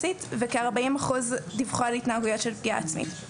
וכ-40% דיווחו על התנהגויות של פגיעה עצמית.